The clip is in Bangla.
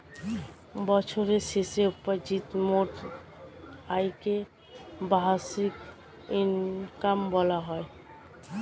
বছরের শেষে উপার্জিত মোট আয়কে বাৎসরিক ইনকাম বলা হয়